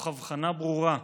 תוך אבחנה ברורה: